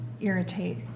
irritate